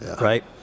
right